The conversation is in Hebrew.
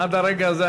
עד הרגע הזה,